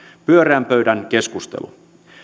pyöreän pöydän keskustelu